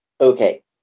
okay